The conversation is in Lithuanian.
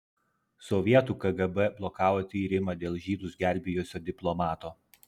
sovietų kgb blokavo tyrimą dėl žydus gelbėjusio diplomato